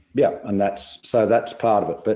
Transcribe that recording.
yeah and that's so that's part of it, but